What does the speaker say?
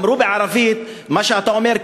אמרו בערבית: מה שאתה אומר,